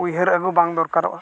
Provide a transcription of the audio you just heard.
ᱩᱭᱦᱟᱹᱨ ᱟᱹᱜᱩ ᱵᱟᱝ ᱫᱚᱨᱠᱟᱨᱚᱜᱼᱟ